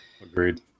agreed